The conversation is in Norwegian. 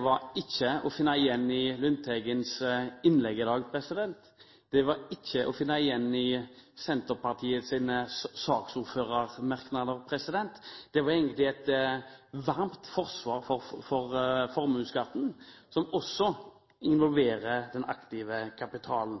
var ikke til å finne igjen i Lundteigens innlegg i dag. Det var ikke til å finne igjen i Senterpartiets saksordførermerknader. Det var egentlig et varmt forsvar for formuesskatten, som også involverer den aktive kapitalen.